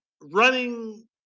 running